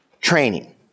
training